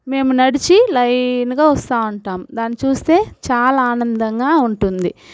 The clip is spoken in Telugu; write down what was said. మేము నడిచి లైన్గా వస్తావుంటాం దాన్ని చూస్తే చాలా ఆనందంగా ఉంటుంది